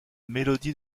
mélodie